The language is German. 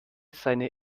seine